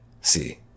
See